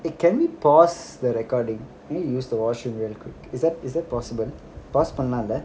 eh can we pause the recording I need to use the washroom really quick is that is that possible pass பண்லான்ல:panlanla